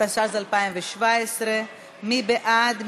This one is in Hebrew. התשע"ז 2017. מי בעד?